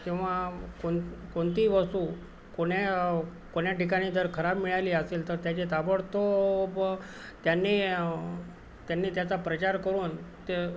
किंवा कोन कोणतीही वस्तू कोन्या कोण्या ठिकाणी जर खराब मिळाली असेल तर त्याचे ताबडतोब त्यांनी त्यांनी त्याचा प्रचार करून ते